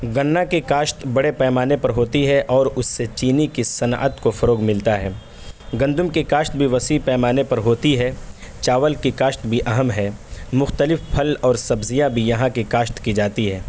گنا کی کاشت بڑے پیمانے پر ہوتی ہے اور اس سے چینی کی صنعت کو فروغ ملتا ہے گندم کے کاشت بھی وسیع پیمانے پر ہوتی ہے چاول کی کاشت بھی اہم ہے مختلف پھل اور سبزیاں بھی یہاں کی کاشت کی جاتی ہے